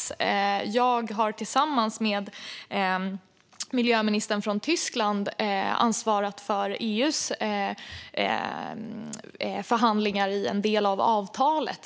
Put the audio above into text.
Jag har tillsammans med miljöministern från Tyskland ansvarat för EU:s förhandlingar i en del av avtalet.